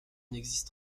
existe